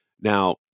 Now